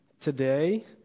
Today